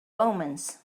omens